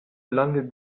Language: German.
lange